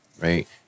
right